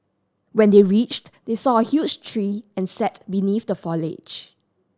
when they reached they saw a huge tree and sat beneath the foliage